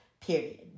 period